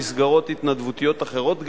גם מסגרות התנדבותיות אחרות,